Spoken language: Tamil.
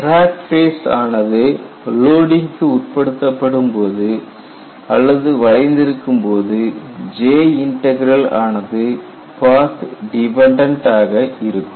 கிராக் ஃபேஸ் ஆனது லோடிங்க்கு உட்படுத்தப்படும்போது அல்லது வளைந்திருக்கும் போது J இன்டக்ரல் ஆனது பாத் டிபெண்டன்ட் ஆக இருக்கும்